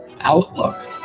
outlook